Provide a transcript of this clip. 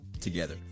together